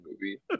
movie